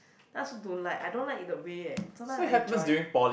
then I also don't like I don't like the way that sometimes I joined